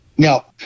Now